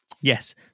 Yes